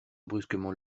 brusquement